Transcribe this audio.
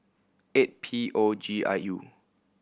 eight P O G I U